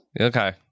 okay